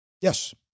Yes